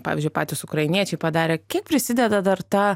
pavyzdžiui patys ukrainiečiai padarė kiek prisideda dar ta